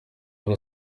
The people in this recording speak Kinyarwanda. wari